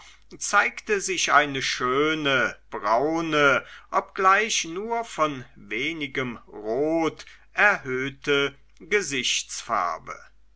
zeigte sich eine schöne braune obgleich nur von wenigem rot erhöhte gesichtsfarbe